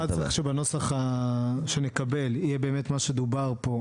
צריך שבנוסח שנקבל יהיה מה שדובר פה,